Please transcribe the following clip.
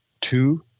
two